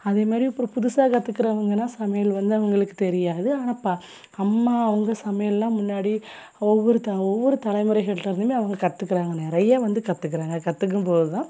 அதே மாதிரி அப்புறம் புதுசாக கற்றுக்குறவங்கனா சமையல் வந்து அவங்களுக்குத் தெரியாது ஆனால் பா அம்மா வந்து சமையல்லாம் முன்னாடி ஒவ்வொரு த ஒவ்வொரு தலைமுறைகள்கிட்டருந்துமே அவங்க கற்றுக்குறாங்க நிறைய வந்து கற்றுக்குறாங்க கற்றுக்கும் போது தான்